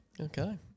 okay